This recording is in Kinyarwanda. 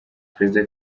perezida